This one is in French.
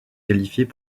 qualifiées